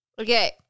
Okay